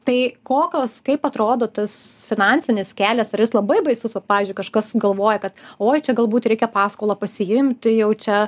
tai kokios kaip atrodo tas finansinis kelias ar jis labai baisus vat pavyzdžiui kažkas galvoja kad oi čia galbūt reikia paskolą pasiimt jau čia